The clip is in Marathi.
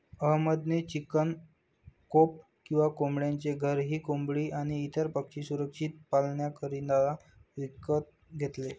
अहमद ने चिकन कोप किंवा कोंबड्यांचे घर ही कोंबडी आणी इतर पक्षी सुरक्षित पाल्ण्याकरिता विकत घेतले